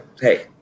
hey